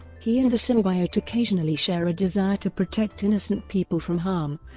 he and the symbiote occasionally share a desire to protect innocent people from harm,